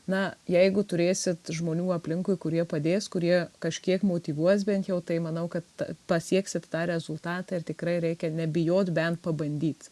na jeigu turėsit žmonių aplinkui kurie padės kurie kažkiek motyvuos bent jau tai manau kad pasieksit tą rezultatą ir tikrai reikia nebijot bent pabandyt